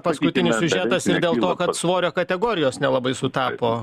paskutinius siužetas ir dėl to kad svorio kategorijos nelabai sutapo